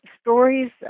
Stories